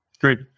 Great